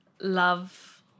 love